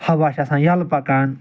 ہوا چھِ آسان ییٚلہِ پَکان